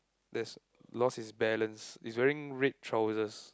that has lost his balance he's wearing red trousers